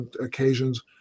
occasions